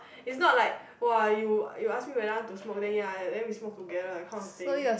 is not like !wah! you you ask me we want to smoke then ya we smoke together that kind of thing